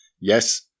yes